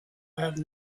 have